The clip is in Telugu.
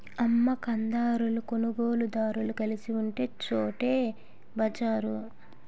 అమ్మ కందారులు కొనుగోలుదారులు కలిసి ఉండే చోటు బజారు